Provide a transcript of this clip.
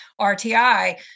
RTI